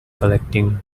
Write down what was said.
collecting